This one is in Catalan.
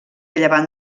llevant